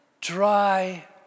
dry